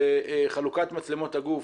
בחלוקת מצלמות הגוף